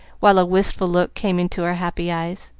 while a wistful look came into her happy eyes.